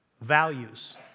values